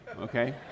Okay